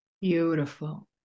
Beautiful